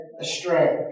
astray